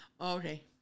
Okay